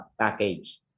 package